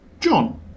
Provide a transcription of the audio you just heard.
John